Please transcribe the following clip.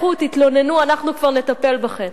לכו תתלוננו, אנחנו כבר נטפל בכן.